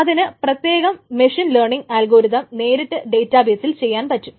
അതിന് പ്രത്യേകം machine learning algorithm നേരിട്ട് ഡേറ്റാബേസിൽ ചെയ്യാൻ പറ്റും